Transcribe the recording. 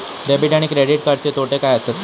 Debit आणि credit कार्डचे तोटे काय आसत तर?